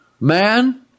Man